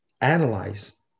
analyze